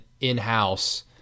in-house